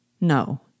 no